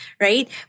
right